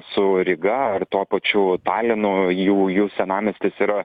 su ryga ar tuo pačiu talinu jų jų senamiestis yra